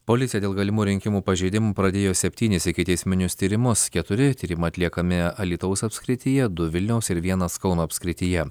policija dėl galimų rinkimų pažeidimų pradėjo septynis ikiteisminius tyrimus keturi tyrimai atliekami alytaus apskrityje du vilniaus ir vienas kauno apskrityje